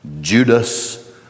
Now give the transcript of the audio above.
Judas